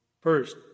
First